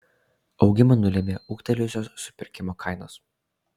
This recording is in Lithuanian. augimą nulėmė ūgtelėjusios supirkimo kainos